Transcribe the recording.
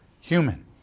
human